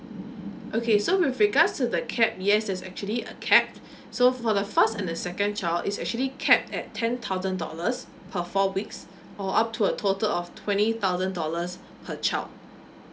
okay so with regards to the cap yes there's actually a cap so for the first and the second child is actually cap at ten thousand dollars per four weeks or up to a total of twenty thousand dollars per child